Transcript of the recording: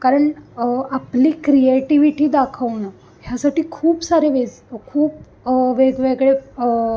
कारण आपली क्रिएटिव्हिटी दाखवणं ह्यासाठी खूप सारे वेज खूप वेगवेगळे